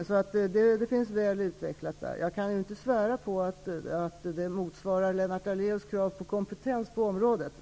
Det finns väl utvecklat där. Jag kan inte svära på att det motsvarar Lennart Daléus krav på kompetens på området.